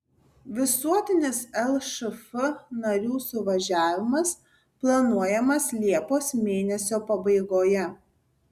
visuotinis lšf narių suvažiavimas planuojamas liepos mėnesio pabaigoje